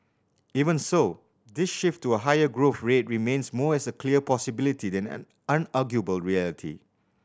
even so this shift to a higher growth rate remains more as a clear possibility than an unarguable reality